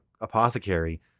Apothecary